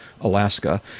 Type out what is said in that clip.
Alaska